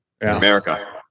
America